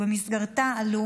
ובמסגרתה עלו